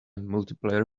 multiplayer